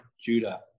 Judah